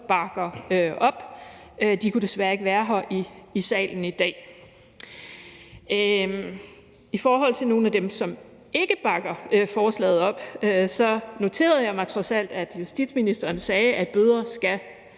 bakker op. De kunne desværre ikke være her i salen i dag. I forhold til nogle af dem, som ikke bakker forslaget op, noterede jeg mig trods alt, at justitsministeren sagde, at bøder skal